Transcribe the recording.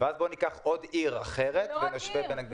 ואז ניקח עוד עיר אחרת -- לא רק עיר.